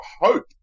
hope